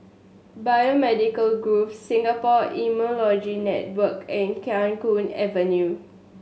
Biomedical Grove Singapore Immunology Network and Khiang Guan Avenue